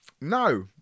No